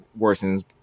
worsens